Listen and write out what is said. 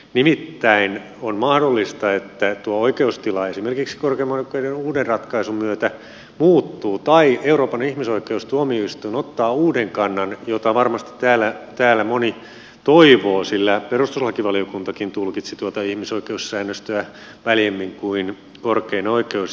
nimittäin on mahdollista että tuo oikeustila esimerkiksi korkeimman oikeuden uuden ratkaisun myötä muuttuu tai euroopan ihmisoikeustuomioistuin ottaa uuden kannan jota varmasti täällä moni toivoo sillä perustuslakivaliokuntakin tulkitsi tuota ihmisoikeussäännöstöä väljemmin kuin korkein oikeus